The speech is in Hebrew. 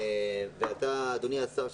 אדוני השר,